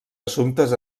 assumptes